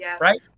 Right